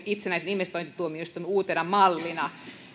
itsenäisen investointituomioistuimen uutena mallina